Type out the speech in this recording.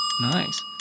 Nice